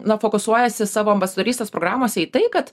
na fokusuojasi į savo ambasadorystės programose į tai kad